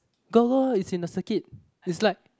go lor it's in the circuit it's like